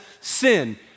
sin